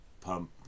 pump